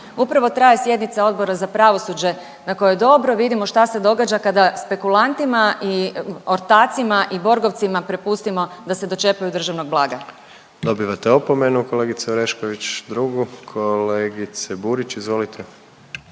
Upravo traje sjednica Odbora za pravosuđe na kojoj dobro vidimo šta se događa kada spekulantima i ortacima i Borgovcima prepustimo da se dočepaju državnog blaga. **Jandroković, Gordan (HDZ)** Dobivate opomenu kolegice Orešković, drugu. Kolegice Burić, izvolite.